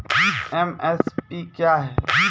MSP क्या है?